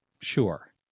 Sure